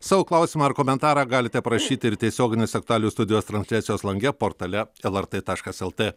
savo klausimą ar komentarą galite parašyti ir tiesioginės aktualijų studijos transliacijos lange portale lrt taškas lt